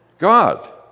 God